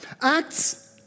Acts